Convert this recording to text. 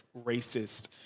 racist